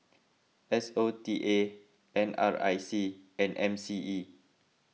S O T A N R I C and M C E